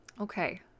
Okay